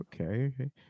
Okay